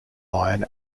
iron